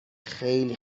خیلی